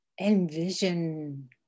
envision